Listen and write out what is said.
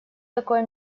такое